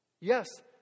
Yes